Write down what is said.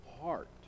heart